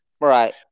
Right